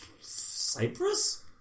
Cyprus